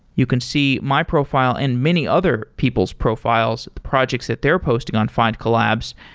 you can see my profile and many other people's profiles, projects that they're posting on findcollabs,